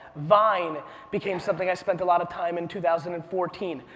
vine became something i spent a lot of time in two thousand and fourteen.